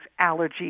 allergies